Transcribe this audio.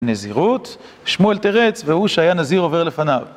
נזירות, שמואל תירץ, והוא שהיה נזיר עובר לפניו.